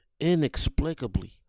Inexplicably